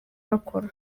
bakora